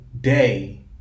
day